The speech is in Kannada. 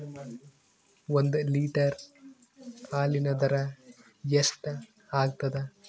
ಒಂದ್ ಲೀಟರ್ ಹಾಲಿನ ದರ ಎಷ್ಟ್ ಆಗತದ?